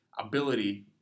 ability